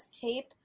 tape